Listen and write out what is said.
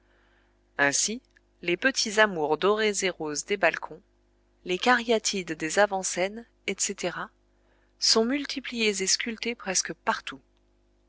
ainsi les petits amours dorés et roses des balcons les cariatides des avant scènes etc sont multipliés et sculptés presque partout